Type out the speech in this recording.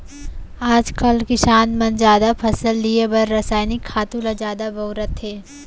आजकाल किसान मन जादा फसल लिये बर रसायनिक खातू ल जादा बउरत हें